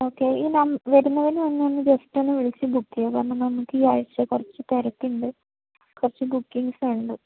okay ഈ ma'am വരുന്നതിനു മുന്നേ ഒന്നു ജസ്റ്റൊന്ന് വിളിച്ച് ബുക്കെയ്യോ കാരണം മാം നമുക്കീയാഴ്ച കുറച്ചു തിരക്കുണ്ട് കുറച്ച് ബുക്കിങ്ങിസുണ്ട്